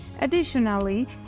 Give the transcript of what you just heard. Additionally